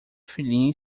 filhinha